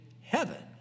heaven